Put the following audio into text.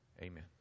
Amen